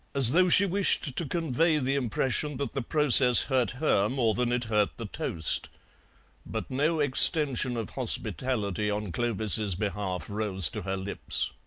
as though she wished to convey the impression that the process hurt her more than it hurt the toast but no extension of hospitality on clovis's behalf rose to her lips.